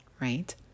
right